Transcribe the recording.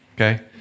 okay